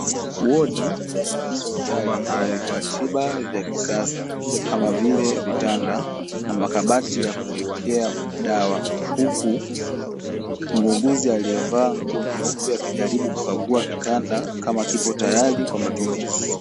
Wodi ndani ya hospitali yenye vifaa tiba vya kisasa, kama vile vitanda na makabati yakuwekea dawa, huku muuguzi aliyevaa nguo nyeupe akijaribu kukagua kitanda kama kipo tayari kwa matumizi.